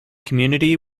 community